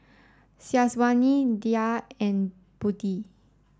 Syazwani Dhia and Budi